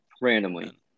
Randomly